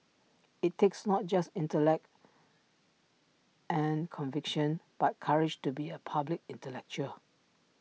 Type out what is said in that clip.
IT takes not just intellect and conviction but courage to be A public intellectual